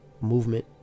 movement